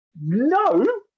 no